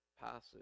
passage